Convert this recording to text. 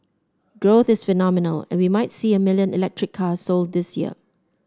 growth is phenomenal and we might see a million electric cars sold this year